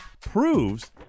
proves